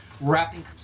wrapping